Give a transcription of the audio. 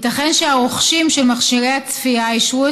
ייתכן שהרוכשים של מכשירי הצפייה אישרו